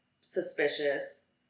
suspicious